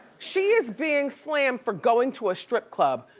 she is being slammed for going to a strip club.